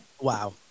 Wow